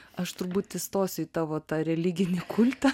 aš turbūt įstosiu į tavo tą religinį kultą